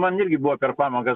man irgi buvo per pamokas